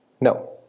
No